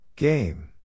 Game